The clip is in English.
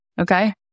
Okay